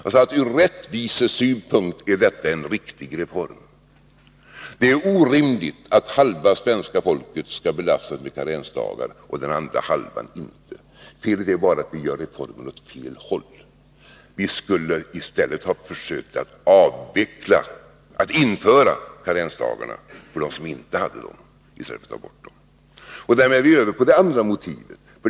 Jag sade: Ur rättvisesynpunkt är detta en riktig reform. Det är orimligt att halva svenska folket skall belastas med karensdagar och den andra halvan inte. Felet är bara att vi gör reformen åt fel håll. Vi skulle i stället ha försökt att införa karensdagar för dem som inte hade sådana i stället för att ta bort karensdagarna. Därmed är vi över på det andra motivet.